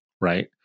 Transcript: right